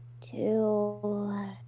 two